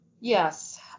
Yes